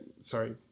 sorry